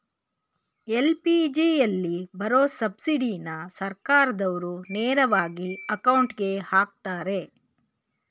ಎಲ್.ಪಿ.ಜಿಯಲ್ಲಿ ಬರೋ ಸಬ್ಸಿಡಿನ ಸರ್ಕಾರ್ದಾವ್ರು ನೇರವಾಗಿ ಅಕೌಂಟ್ಗೆ ಅಕ್ತರೆ